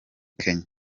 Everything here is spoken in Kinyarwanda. kenya